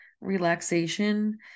relaxation